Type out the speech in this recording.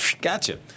gotcha